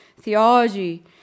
Theology